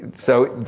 so,